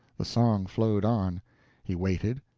the song flowed on he waiting,